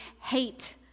hate